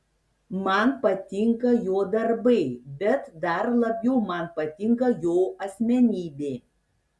man patinka jo darbai bet dar labiau man patinka jo asmenybė